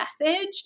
message